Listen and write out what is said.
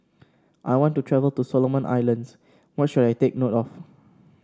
I want to travel to Solomon Islands what should I take note of